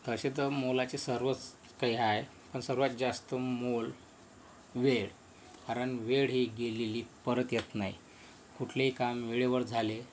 असे तर मोलाचे सर्वच काही आहे पण सर्वात जास्त मोल वेळ कारण वेळ ही गेलेली परत येत नाही कुठलेही कामं वेळेवर झाले